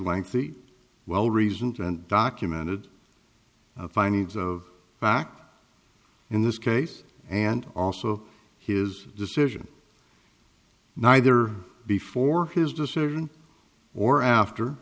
lengthy well reasoned and documented findings of fact in this case and also his decision neither before his decision or after